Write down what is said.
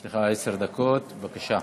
יש לך עשר דקות, בבקשה.